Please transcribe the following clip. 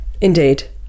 Indeed